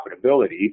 profitability